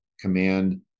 command